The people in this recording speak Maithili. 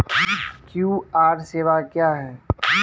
क्यू.आर सेवा क्या हैं?